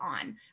on